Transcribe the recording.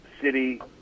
city